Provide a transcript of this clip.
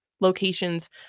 locations